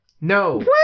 no